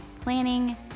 Planning